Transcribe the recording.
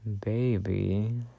Baby